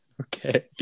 Okay